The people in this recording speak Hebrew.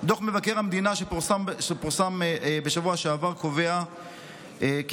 דוח מבקר המדינה שפורסם בשבוע שעבר קובע כי